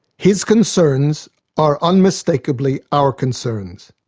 his concerns are unmistakably our concerns,